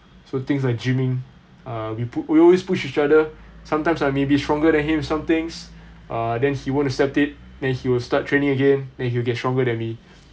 so things like gyming uh we put we always push each other sometimes I may be stronger than him some things uh then he won't accept it then he will start training again then he will get stronger than me